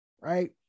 right